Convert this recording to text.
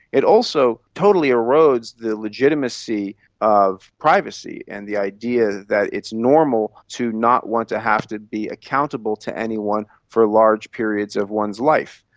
it also totally erodes the legitimacy of privacy and the idea that it's normal to not want to have to be accountable to anyone for large periods of one's life.